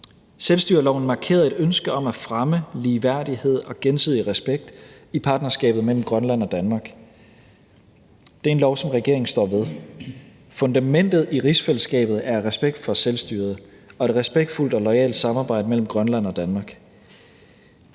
Selvstyreloven markerede et ønske om at fremme ligeværdighed og gensidig respekt i partnerskabet mellem Grønland og Danmark. Det er en lov, som regeringen står ved. Fundamentet i rigsfællesskabet er respekt for selvstyret og et respektfuldt og loyalt samarbejde mellem Grønland og Danmark.